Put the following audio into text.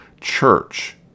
church